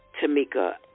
Tamika